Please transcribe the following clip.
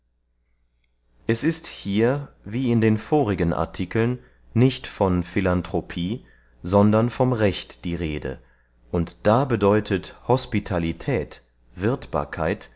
es ist hier wie in den vorigen artikeln nicht von philanthropie sondern vom recht die rede und da bedeutet hospitalität